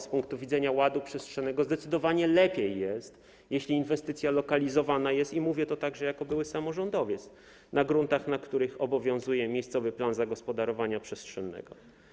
Z punktu widzenia ładu przestrzennego zdecydowanie lepiej jest, jeśli inwestycja lokalizowana jest - i mówię to także jako były samorządowiec - na gruntach, na których obowiązuje miejscowy plan zagospodarowania przestrzennego.